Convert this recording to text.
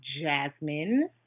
jasmine